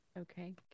Okay